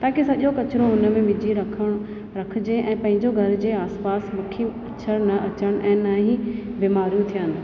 ताकी सॼो कजिरो हुन में विझी रखणु रखिजे ऐं पंहिंजो घर जे आस पास मखियूं मच्छर न अचनि ऐं न ई बीमारियूं थियनि